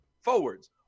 forwards